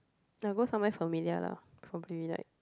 I'll go somewhere familiar lah probably like